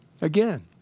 Again